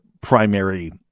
primary